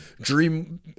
Dream